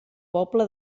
poble